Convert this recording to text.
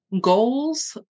Goals